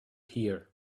hear